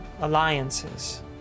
alliances